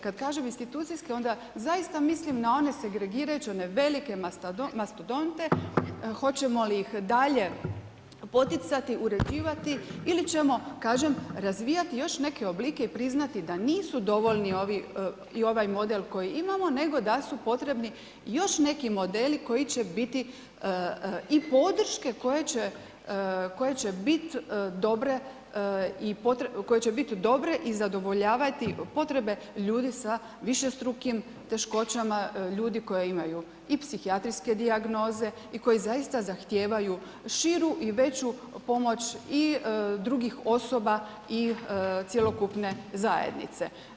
Kad kažem institucijske, onda zaista mislim na one segregirajuće, one velike mastodonte, hoćemo li ih dalje poticati, uređivati ili ćemo kažem, razvijati još neke oblike i priznati da nisu dovoljni ovi i ovaj model koji imamo nego da su potrebni još neki modeli koji će biti i podrške koje će biti dobre i zadovoljavati potrebe ljudi sa višestrukim teškoćama, ljudi koje imaju i psihijatrijske dijagnoze i koji zaista zahtijevaju širu i veću pomoć i drugih osoba i cjelokupne zajednice.